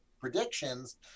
predictions